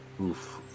Oof